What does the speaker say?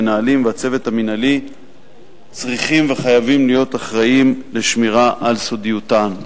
מנהלים והצוות המינהלי צריכים וחייבים להיות אחראים לשמירה על סודיותן.